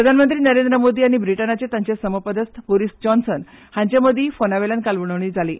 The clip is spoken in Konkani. प्रधानमंत्री नरेंद्र मोदी आनी ब्रिटनाचे तांचे समपदस्थ बोरिस जॉन्सन हांचेमदी फोनावेल्यान काल उलोवणी जाली